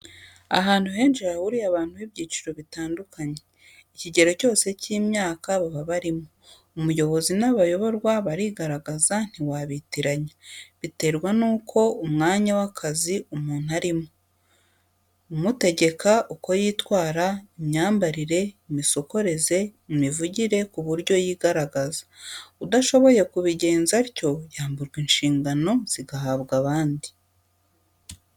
Ahantu henshi hahuriye abantu b'ibyiciro bitandukanye, ikigero cyose cy'imyaka baba barimo, umuyobozi n'abayoborwa barigaragaza ntiwabitiranya biterwa n'uko umwanya w'akazi umuntu arimo, umutegeka uko yitwara, imyambarire, imisokoreze, imivugire ku buryo yigaragaza. Udashoboye kubigenza atyo yamburwa inshingano zigahabwa abandi.